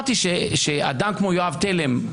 דרמטי שאדם כמו יואב תלם,